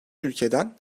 ülkeden